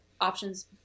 options